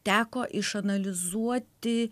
teko išanalizuoti